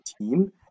team